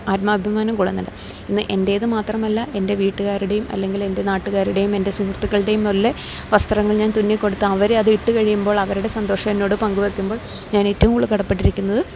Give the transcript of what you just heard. ആത്മാഭിമാനം കൊള്ളുന്നുണ്ട് ഇന്ന് എന്റേത് മാത്രമല്ല എൻ്റെ വീട്ടുകാരുടെയും അല്ലെങ്കിൽ എൻ്റെ നാട്ടുകാരുടെയും എൻ്റെ സുഹൃത്തുക്കളുടെയും ഉള്ള വസ്ത്രങ്ങൾ ഞാൻ തുന്നി കൊടുത്ത് അവർ അത് ഇട്ട് കഴിയുമ്പോൾ അവരുടെ സന്തോഷം എന്നോട് പങ്കു വെക്കുമ്പോള് ഞാൻ ഏറ്റവും കൂടുതൽ കടപ്പെട്ടിരിക്കുന്നത്